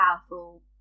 powerful